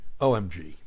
OMG